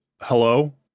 Hello